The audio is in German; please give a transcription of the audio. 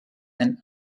ein